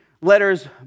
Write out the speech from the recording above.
letters